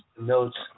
notes